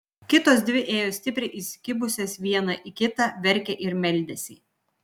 kitos dvi ėjo stipriai įsikibusios viena į kitą verkė ir meldėsi